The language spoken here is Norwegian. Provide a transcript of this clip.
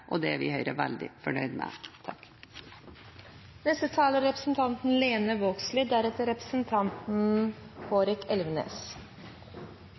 det er vi i Høyre veldig fornøyd med.